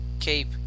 cape